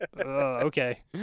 okay